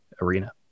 arena